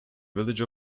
village